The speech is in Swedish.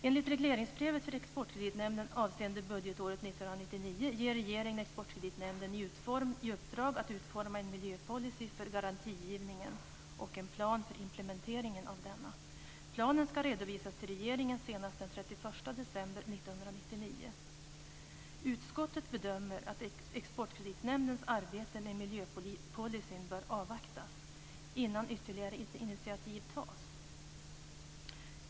Enligt regleringsbrevet för Exportkreditnämnden avseende budgetåret 1999 ger regeringen Exportkreditnämnden i uppdrag att utforma en miljöpolicy för garantigivningen och en plan för implementeringen av denna. Planen skall redovisas till regeringen senast den 31 december 1999. Utskottet bedömer att Exportkreditnämndens arbete med miljöpolicyn bör avvaktas innan ytterligare initiativ tas.